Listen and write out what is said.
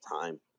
time